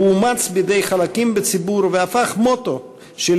הוא אומץ בידי חלקים בציבור והפך מוטו של